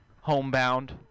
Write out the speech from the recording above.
Homebound